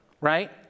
right